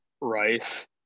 rice